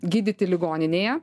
gydyti ligoninėje